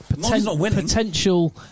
potential